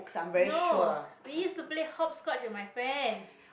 no we used play hopscotch with my friends